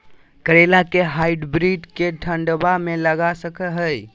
करेला के हाइब्रिड के ठंडवा मे लगा सकय हैय?